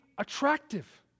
attractive